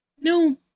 no